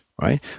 right